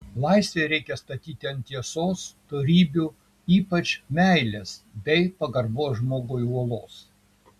laisvę reikia statyti ant tiesos dorybių ypač meilės bei pagarbos žmogui uolos